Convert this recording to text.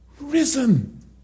risen